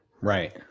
Right